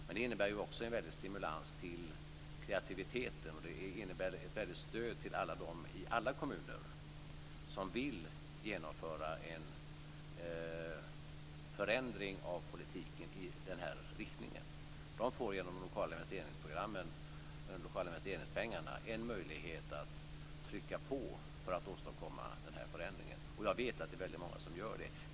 Men det innebär ju också en väldig stimulans till kreativiteten, och det innebär ett väldigt stöd till alla dem i alla kommuner som vill genomföra en förändring av politiken i den här riktningen. De får genom de lokala investeringspengarna en möjlighet att trycka på för att åstadkomma den här förändringen, och jag vet att det är väldigt många som gör det.